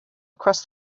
across